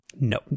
No